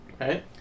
right